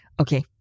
Okay